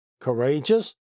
courageous